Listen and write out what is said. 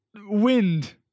wind